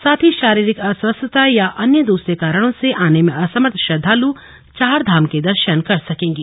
साथ ही शारीरिक अस्वस्थता या अन्य दूसरे कारणों से आने में असमर्थ श्रद्वाल चारधाम के दर्शन कर सकेंगे